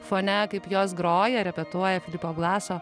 fone kaip jos groja repetuoja filipo glaso